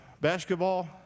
basketball—